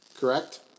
correct